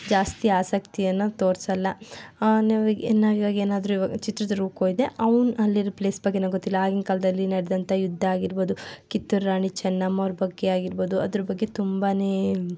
ಜಾಸ್ತಿ ಆಸಕ್ತಿಯನ್ನು ತೋರಿಸಲ್ಲ ಈವಾಗ ಏನಾದರೂ ಚಿತ್ರದುರ್ಗಕ್ಕೆ ಹೋಗಿದ್ದೆ ಅವನು ಅಲ್ಲಿರೊ ಪ್ಲೇಸ್ ಬಗ್ಗೆ ಏನೋ ಗೊತ್ತಿಲ್ಲ ಆಗಿನ ಕಾಲದಲ್ಲಿ ನಡೆದಂಥ ಯುದ್ಧ ಆಗಿರ್ಬೋದು ಕಿತ್ತೂರು ರಾಣಿ ಚೆನ್ನಮ್ಮ ಅವ್ರ ಬಗ್ಗೆ ಆಗಿರ್ಬೋದು ಅದ್ರ ಬಗ್ಗೆ ತುಂಬನೇ